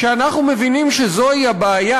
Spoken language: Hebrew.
כשאנחנו מבינים שזוהי הבעיה,